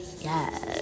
yes